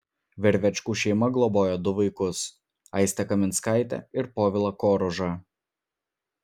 vervečkų šeima globojo du vaikus aistę kaminskaitę ir povilą koružą